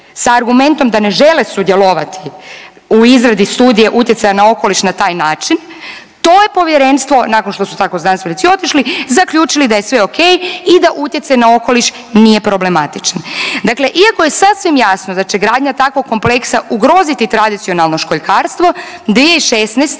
sa argumentom da ne žele sudjelovati u izradi Studije utjecaja na okoliš na taj način, to je povjerenstvo nakon što su tako znanstvenici otišli, zaključili da je sve okej i da utjecaj na okoliš nije problematičan. Dakle, iako je sasvim jasno da će gradnja takvog kompleksa ugroziti tradicionalno školjkarstvo 2016.